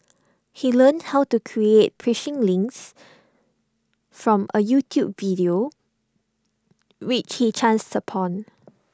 he learned how to create phishing links from A YouTube video which he chanced upon